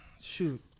shoot